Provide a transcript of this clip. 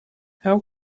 how